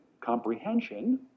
comprehension